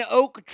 oak